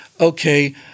okay